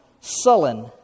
sullen